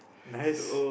nice